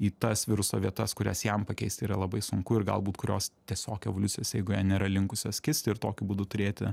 į tas viruso vietas kurias jam pakeisti yra labai sunku ir gal būt kurios tiesiog evoliucijos eigoje nėra linkusios kisti ir tokiu būdu turėti